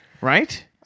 Right